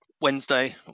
Wednesday